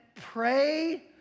pray